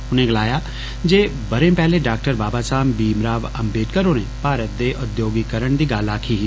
उनें गलाया जे बःरै पैहले डाक्टर बाबा साहब भीम राव अम्बेड़कर होरें भारत दे औद्योगीकरण दी गल्ल आक्खी ही